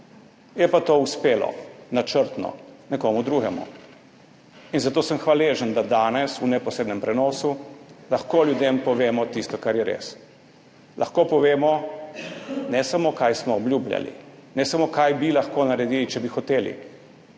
Je pa to uspelo načrtno nekomu drugemu. Zato sem hvaležen, da danes v neposrednem prenosu lahko ljudem povemo tisto, kar je res, lahko povemo ne samo, kaj smo obljubljali, ne samo, kaj bi lahko naredili, če bi hoteli